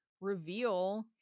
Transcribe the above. reveal